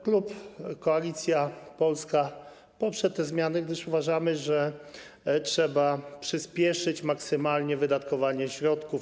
Klub Koalicja Polska poprze te zmiany, gdyż uważamy, że trzeba przyspieszyć maksymalnie wydatkowanie środków.